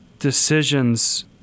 decisions